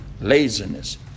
laziness